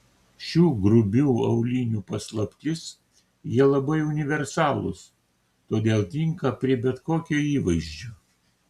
šių grubių aulinių paslaptis jie labai universalūs todėl tinka prie bet kokio įvaizdžio